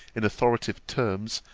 in authoritative terms,